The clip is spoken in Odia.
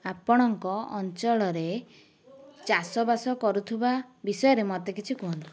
ଆପଣଙ୍କ ଅଞ୍ଚଳରେ ଚାଷବାସ କରୁଥିବା ବିଷୟରେ ମୋତେ କିଛି କୁହନ୍ତୁ